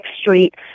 Street